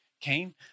Cain